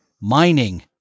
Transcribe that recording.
mining